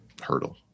hurdle